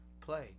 play